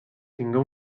tingué